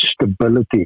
stability